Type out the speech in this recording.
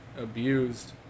abused